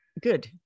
good